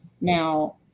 Now